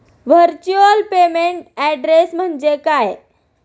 Virtual payment address म्हणजे काय?